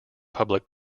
public